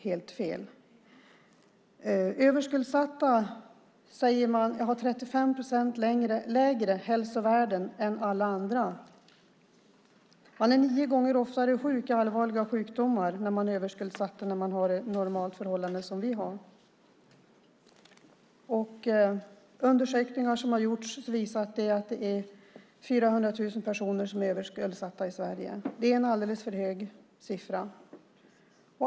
Det sägs att överskuldsatta har 35 procent lägre hälsovärden än andra. Överskuldsatta har nio gånger oftare allvarliga sjukdomar än människor som har ett normalt förhållande som vi har. Undersökningar som har gjorts visar att det är 400 000 personer som är överskuldsatta i Sverige. Det är en alldeles för hög siffra.